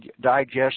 digest